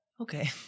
Okay